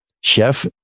chef